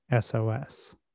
SOS